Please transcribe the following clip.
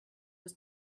was